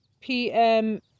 PM